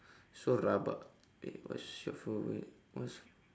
so rabak wait what's favourite what's